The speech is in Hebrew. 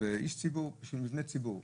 מבנה ציבור.